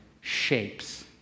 shapes